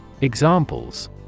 Examples